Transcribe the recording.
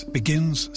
begins